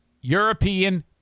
European